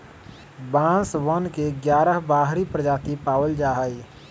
बांसवन के ग्यारह बाहरी प्रजाति पावल जाहई